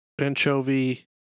Anchovy